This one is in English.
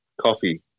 coffee